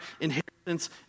inheritance